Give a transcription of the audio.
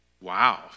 Wow